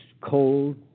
cold